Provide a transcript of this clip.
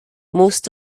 most